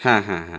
হ্যাঁ হ্যাঁ হ্যাঁ